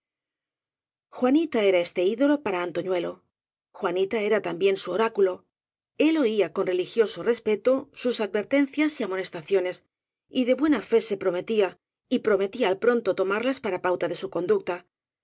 juanita era este ídolo para antoñuelo juanita era también su oráculo él oía con religioso respeto sus advertencias y amonestaciones y de buena fe se prometía y prometía al pronto tomarlas para pauta de su conducta